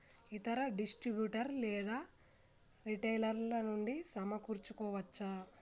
ఇతర డిస్ట్రిబ్యూటర్ లేదా రిటైలర్ నుండి సమకూర్చుకోవచ్చా?